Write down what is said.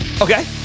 Okay